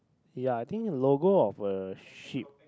ya I think logo of a ship